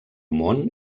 món